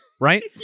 right